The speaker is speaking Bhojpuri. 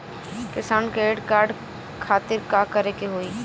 किसान क्रेडिट कार्ड खातिर का करे के होई?